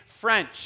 French